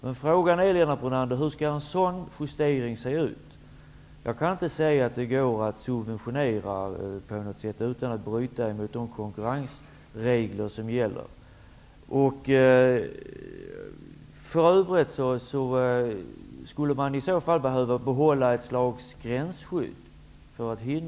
Men frågan är, Lennart Brunander: Hur skall en sådan justering se ut? Jag kan inte se att det går att subventionera på något sätt utan att bryta mot de konkurrensregler som gäller. För övrigt skulle man i så fall behöva behålla ett slags gränsskydd.